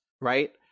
right